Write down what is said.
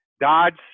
Dodge